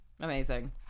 Amazing